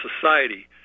society